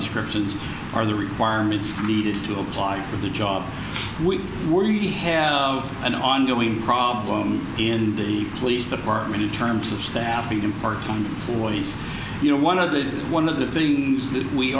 descriptions are the requirements needed to apply for the job we were you have an ongoing problem in the police department in terms of staffing them part time and always you know one of the one of the things that we